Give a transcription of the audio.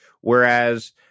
Whereas